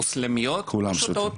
מוסלמיות לא שותות,